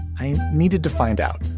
i needed to find out.